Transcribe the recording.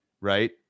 Right